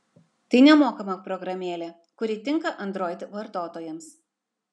tai nemokama programėlė kuri tinka android vartotojams